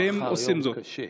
ואם הם עושים זאת.